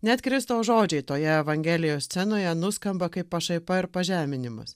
net kristaus žodžiai toje evangelijos scenoje nuskamba kaip pašaipa ir pažeminimas